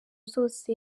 zose